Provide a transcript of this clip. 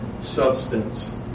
substance